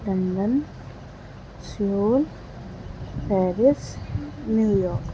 London Seoul Paris New York